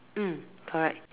mm correct